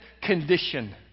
condition